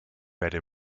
werde